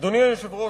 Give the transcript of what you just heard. אדוני היושב-ראש,